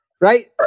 Right